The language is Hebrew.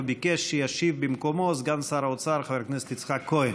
וביקש שישיב במקומו סגן שר האוצר חבר הכנסת יצחק כהן,